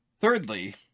Thirdly